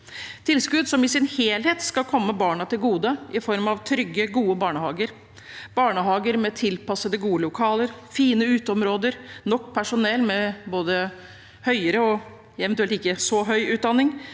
tilskudd som i sin helhet skal komme barna til gode i form av trygge, gode barnehager, barnehager med tilpassede, gode lokaler, fine uteområder, nok personell med både høyere og eventuelt ikke så høy utdanning